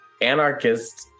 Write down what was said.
anarchist